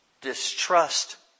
distrust